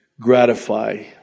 gratify